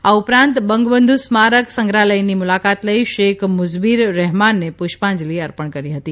આ ઉપરાંત બંગબંધુ સ્મારક સંગ્રહાલયની મુલાકાત લઇ શેખ મુજબિર રહેમાનને પુષ્પાજંલિ અર્પણ કરી હતી